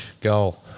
goal